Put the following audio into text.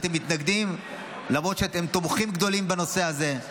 אתם מתנגדים, למרות שאתם תומכים גדולים בנושא הזה.